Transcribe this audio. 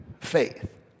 faith